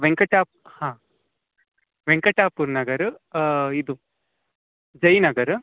ವೆಂಕಟಾ ಹಾಂ ವೆಂಕಟಾಪುರ ನಗರ ಇದು ಜಯನಗರ